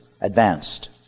advanced